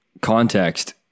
context